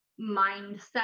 mindset